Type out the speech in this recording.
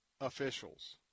officials